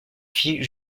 fit